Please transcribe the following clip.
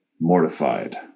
mortified